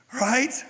right